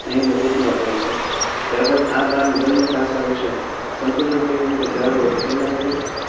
અહીં મેં ટૂંકમાં કરી છે ત્યારબાદ આ બંને પાસા વિશે સંતુલન કેવી રીતે જાળવવું તો તેમાં જ્યારે